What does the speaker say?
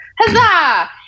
Huzzah